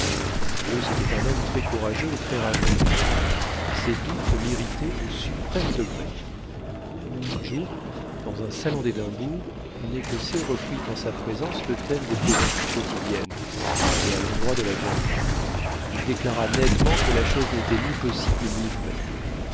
était un homme très courageux et très rageur ces doutes l'irritaient au suprême degré un jour dans un salon dédimbourg un écossais reprit en sa présence le thème des plaisanteries quotidiennes et à l'endroit de la viande crue il déclara nettement que la chose n'était ni possible